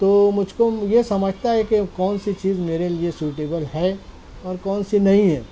تو مجھ کو یہ سمجھتا ہے کہ کون سی چیز میرے لیے سوٹیبل ہے اور کون سی نہیں ہے